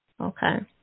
Okay